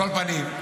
על כל פנים,